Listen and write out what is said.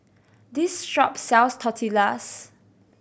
this shop sells Tortillas